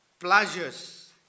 pleasures